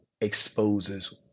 exposes